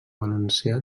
valencià